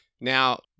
Now